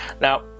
Now